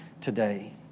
today